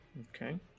Okay